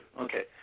Okay